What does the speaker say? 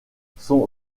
son